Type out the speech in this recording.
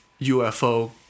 UFO